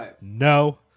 no